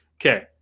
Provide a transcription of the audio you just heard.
Okay